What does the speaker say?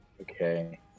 Okay